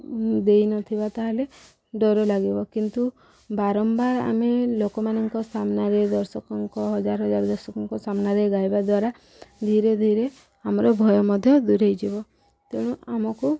ଦେଇନଥିବା ତାହେଲେ ଡର ଲାଗିବ କିନ୍ତୁ ବାରମ୍ବାର ଆମେ ଲୋକମାନଙ୍କ ସାମ୍ନାରେ ଦର୍ଶକଙ୍କ ହଜାର ହଜାର ଦର୍ଶକଙ୍କ ସାମ୍ନାରେ ଗାଇବା ଦ୍ୱାରା ଧୀରେ ଧୀରେ ଆମର ଭୟ ମଧ୍ୟ ଦୂରେଇଯିବ ତେଣୁ ଆମକୁ